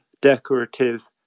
decorative